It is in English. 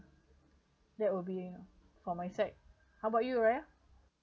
that would be for my side how about you raya